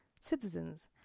citizens